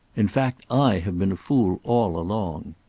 in fact i have been a fool all along.